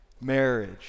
Marriage